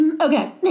Okay